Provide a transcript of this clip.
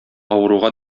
авыруга